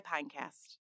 Pinecast